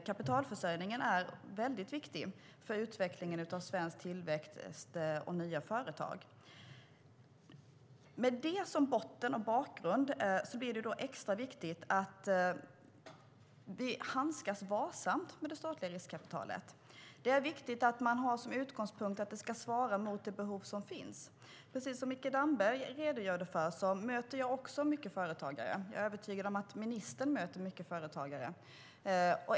Kapitalförsörjningen är mycket viktig för utvecklingen av svensk tillväxt och nya företag. Med detta som bakgrund blir det extra viktigt att vi handskas varsamt med det statliga riskkapitalet. Det är viktigt att man har som utgångspunkt att det ska svara mot det behov som finns. Precis som Mikael Damberg möter jag många företagare. Jag är övertygad om att även ministern möter många företagare.